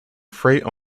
freight